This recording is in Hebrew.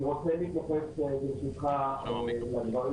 אני רוצה להתייחס, ברשותך, לדברים